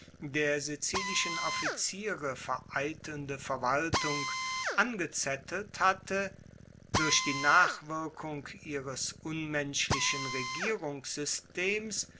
der sizilischen offiziere vereitelnde verwaltung angezettelt hatte durch die nachwirkung ihres unmenschlichen regierungssystems